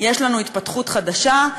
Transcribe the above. יש לנו התפתחות חדשה.